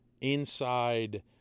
inside